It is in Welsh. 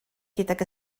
gydag